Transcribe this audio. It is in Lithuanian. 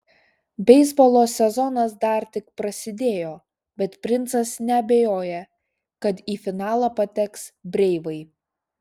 beisbolo sezonas dar tik prasidėjo bet princas neabejoja kad į finalą pateks breivai